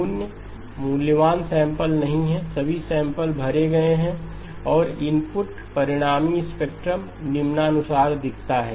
शून्य मूल्यवान सैंपल नहीं हैं सभी सैंपल भरे गए हैं और इनपुट परिणामी स्पेक्ट्रम निम्नानुसार दिखता है